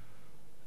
ולא לזרוק